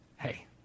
Hey